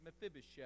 Mephibosheth